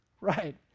Right